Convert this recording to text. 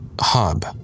hub